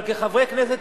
אבל כחברי כנסת,